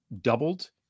doubled